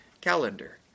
calendar